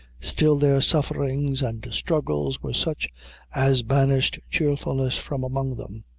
still their sufferings and struggles were such as banished cheerfulness from among them.